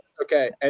Okay